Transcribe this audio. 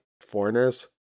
foreigners